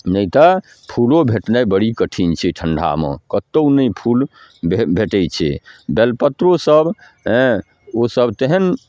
नहि तऽ फूलो भेटनाइ बड़ा कठिन छै ठण्डामे कतहु नहि फूल भे भेटै छै बेलपत्रोसब हेँ ओसब तेहन